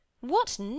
What